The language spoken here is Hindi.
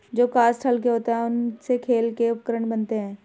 जो काष्ठ हल्के होते हैं, उनसे खेल के उपकरण बनते हैं